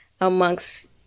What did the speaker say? amongst